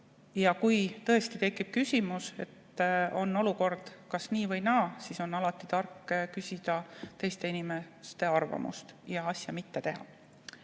Kui tõesti tekib küsimus, kas olukord on nii või naa, siis on alati tark küsida teiste inimeste arvamust ja asja mitte teha,